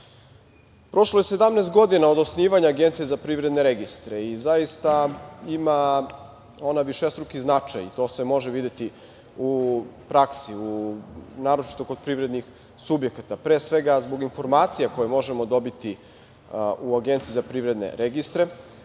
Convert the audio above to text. je 17 godina od osnivanja Agencije za privredne registre i zaista ima višestruki značaj. To se može videti u praksi, naročito kod privrednih subjekata, pre svega, zbog informacija koje možemo dobiti u Agenciji za privredne registre.